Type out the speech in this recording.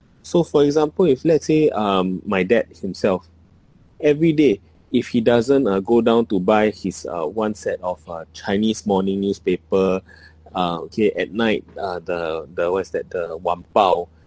so for example if let's say um my dad himself every day if he doesn't uh go down to buy his uh one set of uh chinese morning newspaper uh okay at night uh the the what is that the wan bao